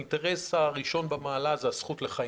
האינטרס הראשון במעלה זה הזכות לחיים.